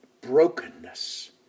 brokenness